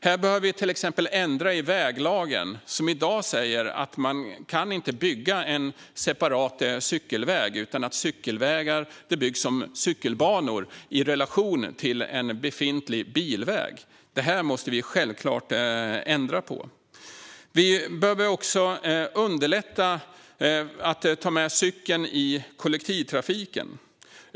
Här behöver vi till exempel ändra i väglagen, som i dag säger att man inte kan bygga en separat cykelväg - cykelvägar byggs i stället som cykelbanor i relation till en befintlig bilväg. Detta måste vi självklart ändra på. Vi behöver också underlätta att ta med cykeln i kollektivtrafiken.